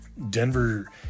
Denver